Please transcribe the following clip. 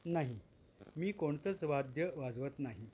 नाही मी कोणतंच वाद्य वाजवत नाही